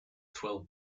twelve